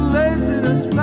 laziness